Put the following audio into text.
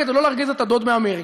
כדי לא להרגיז את "הדוד מאמריקה".